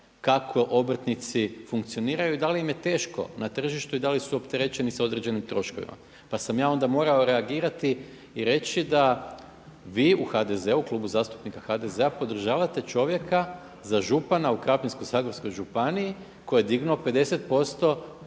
kako obrtnici funkcioniraju i da li im je teško na tržištu i da li su opterećeni sa određenim troškovima. Pa sam ja onda morao reagirati i reći da vi u HDZ-u, Klubu zastupnika HDZ-a podržavate čovjeka za župana u Krapinsko-zagorskoj županiji koji je dignuo 50%